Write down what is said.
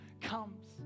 comes